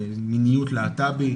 למיניות להט"בית?